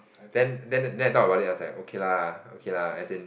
then then then I thought about it was like okay lah okay lah as in